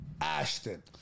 Ashton